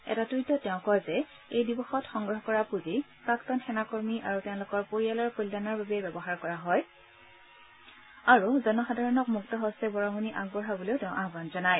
এটা টুইটত তেওঁ কয় যে এই দিৱসত সংগ্ৰহ কৰা পুঁজি প্ৰাক্তন সেনাকৰ্মী আৰু তেওঁলোকৰ পৰিয়ালৰ কল্যাণৰ বাবে ব্যৱহাৰ কৰা হয় আৰু জনসাধাৰণক মুক্তহস্তে বৰঙণি আগবঢ়াবলৈ আয়ান জনায়